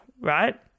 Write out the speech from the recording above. right